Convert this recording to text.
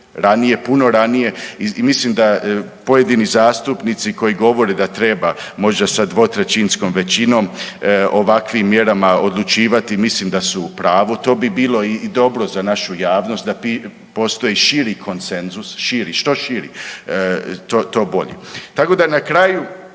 puno ranije i mislim da pojedini zastupnici koji govore da treba možda sa dvotrećinskom većinom ovakvim mjerama odlučivati, mislim da su u pravu. To bi bilo i dobro za našu javnost da postoji širi konsenzus, širi, što širi to bolji, tako da na kraju